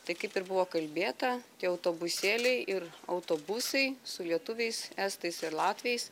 tai kaip ir buvo kalbėta tie autobusėliai ir autobusai su lietuviais estais ir latviais